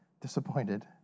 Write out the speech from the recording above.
disappointed